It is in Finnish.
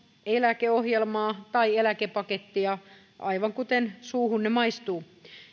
eläkeohjelmaa tai eläkepakettia aivan mikä suuhunne maistuu